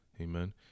Amen